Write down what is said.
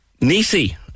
Nisi